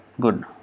Good